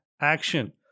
action